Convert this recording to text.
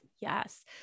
Yes